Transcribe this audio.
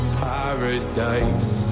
paradise